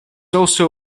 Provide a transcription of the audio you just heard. also